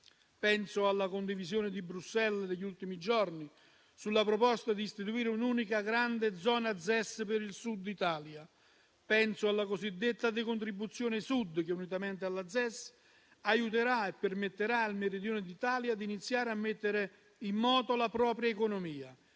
Penso alla condivisione di Bruxelles degli ultimi giorni sulla proposta di istituire un'unica grande zona ZES per il Sud Italia. Penso alla cosiddetta decontribuzione Sud, che, unitamente alla ZES, aiuterà e permetterà al Meridione d'Italia di iniziare a mettere in moto la propria economia.